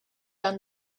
down